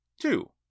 two